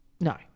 No